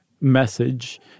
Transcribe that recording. message